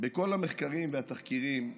בכל המחקרים והתחקירים היום,